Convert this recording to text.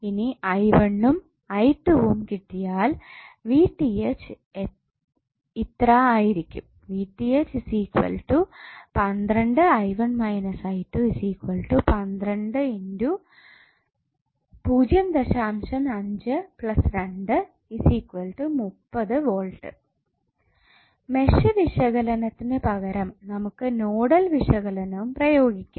ഇനി ഉം ഉം കിട്ടിയതിനാൽ ഇത്ര ആയിരിക്കും V മെഷ് വിശകലനത്തിനു പകരം നമുക്ക് നോഡൽ വിശകലനവും പ്രയോഗിക്കാം